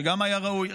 זה גם היה ראוי,